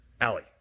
Allie